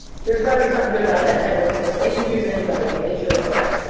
there's got to be something good about that network, because they can choose anybody. and they chose them.